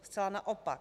Zcela naopak.